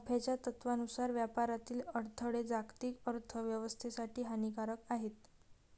नफ्याच्या तत्त्वानुसार व्यापारातील अडथळे जागतिक अर्थ व्यवस्थेसाठी हानिकारक आहेत